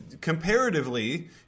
comparatively